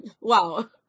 Wow